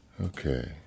Okay